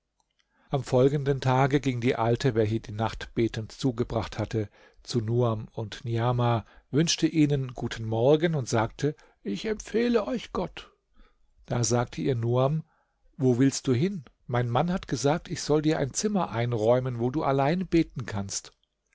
am folgenden tage ging die alte welche die nacht betend zugebracht hatte zu nuam und niamah wünschte ihnen guten morgen und sagte ich empfehle euch gott da sagte ihr nuam wo willst du hin mein mann hat gesagt ich soll dir ein zimmer einräumen wo du allein beten kannst